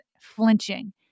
flinching